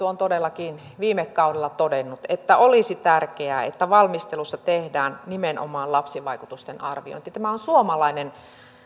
on todellakin viime kaudella todennut että olisi tärkeää että valmistelussa tehdään nimenomaan lapsivaikutusten arviointi tämä on suomalainen